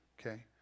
Okay